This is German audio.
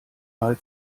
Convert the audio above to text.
mal